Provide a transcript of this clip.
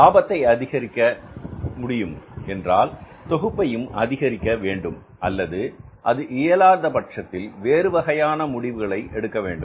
லாபத்தை அதிகரிக்க அதிகரிக்க முடியும் என்றால் தொகுப்பையும் அதிகரிக்க வேண்டும் அல்லது அது இயலாத பட்சத்தில் வேறுவகையான முடிவுகளை எடுக்க வேண்டும்